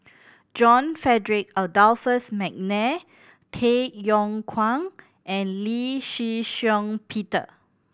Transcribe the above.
John Frederick Adolphus McNair Tay Yong Kwang and Lee Shih Shiong Peter